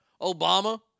Obama